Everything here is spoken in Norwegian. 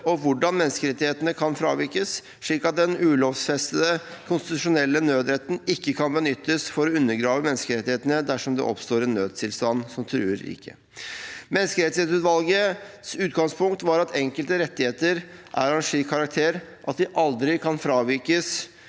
og hvordan menneskerettighetene kan fravikes, slik at den ulovfestede konstitusjonelle nødretten ikke kan benyttes for å undergrave menneskerettighetene dersom det oppstår en nødstilstand som truer riket. Menneskerettighetsutvalgets utgangspunkt var at enkelte rettigheter er av en slik karakter at de aldri kan fravikes